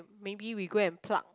maybe we go and pluck